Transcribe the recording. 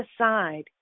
aside